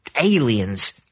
aliens